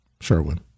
Sherwin